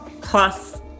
plus